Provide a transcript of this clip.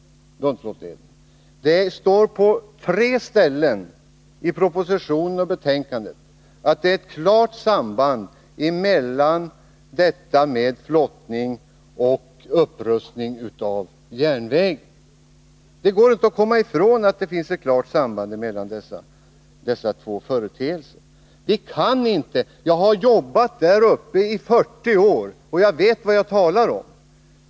Det står på tre ställen i propositionen och betänkandet att det är ett klart samband mellan detta med flottning och en upprustning av järnvägen. Sambandet mellan dessa två företeelser går det inte att komma ifrån. Jag har jobbat där uppe i 40 år och vet vad jag talar om.